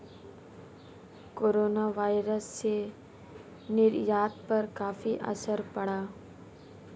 coronavirus से निर्यात पर काफी असर पड़ा